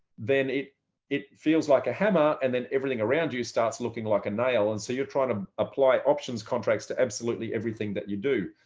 then it it feels like a hammer and then everything around you starts looking like a nail and so you're trying to apply options contracts to absolutely everything that you do.